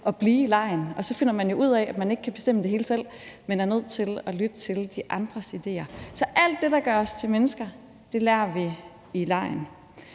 at blive i legen. Og så finder man jo ud at, at man ikke kan bestemme det hele selv, men er nødt til at lytte til de andres idéer. Så alt det, der gør os til mennesker, lærer vi i legen.